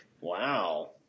Wow